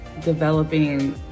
developing